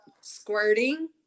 squirting